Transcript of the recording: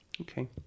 Okay